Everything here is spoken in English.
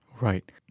Right